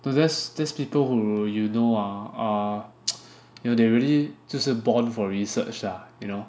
no that's that's people who you know ah uh you know they really 就是 born for research lah you know